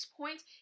points